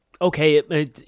Okay